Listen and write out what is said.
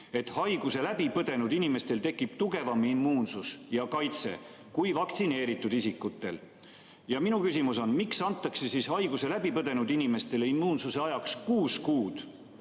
et haiguse läbi põdenud inimestel tekib tugevam immuunsus ja kaitse kui vaktsineeritud isikutel. Ja minu küsimus on: miks antakse siis haiguse läbi põdenud inimestele immuunsuse ajaks kuus kuud,